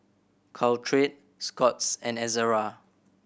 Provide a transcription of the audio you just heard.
Caltrate Scott's and Ezerra